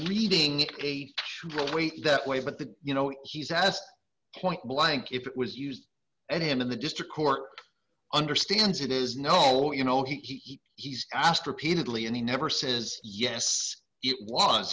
reading a great weight that way but the you know he's asked point blank if it was used and him in the district court understands it is no you know he he's asked repeatedly and he never says yes it was